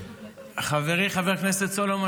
חברי חבר הכנסת סולומון,